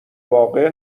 واقع